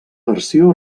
versió